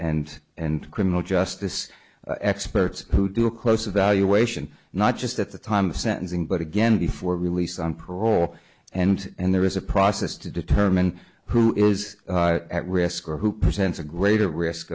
and and criminal justice experts who do a closer valuation not just at the time of sentencing but again before release on parole and and there is a process to determine who is at risk or who presents a greater risk